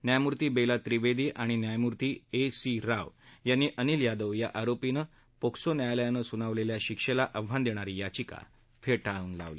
न्यायमूर्ती बेला त्रिवेदी आणि न्यायमूर्ती ए सी राव यांनी अनिल यादव या आरोपीनं पोक्सो न्यायालयानं सुनावलेल्या शिक्षेला आव्हान देणारी याचिका फेटाळून लावली